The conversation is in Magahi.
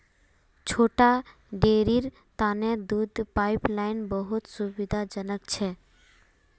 छोटा डेरीर तने दूध पाइपलाइन बहुत सुविधाजनक छ